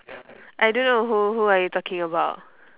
I don't know who who are you talking about